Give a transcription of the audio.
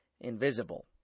invisible